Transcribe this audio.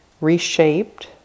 reshaped